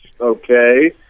okay